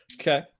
Okay